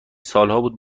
سالهابود